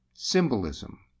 Symbolism